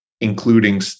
including